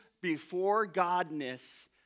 before-godness